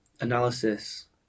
analysis